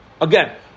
Again